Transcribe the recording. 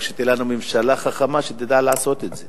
רק שתהיה לנו ממשלה חכמה שתדע לעשות את זה.